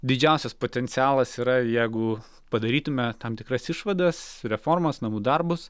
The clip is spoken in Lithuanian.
didžiausias potencialas yra jeigu padarytume tam tikras išvadas reformas namų darbus